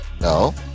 No